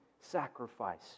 sacrifice